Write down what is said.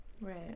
Right